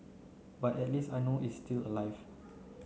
but at least I know is still alive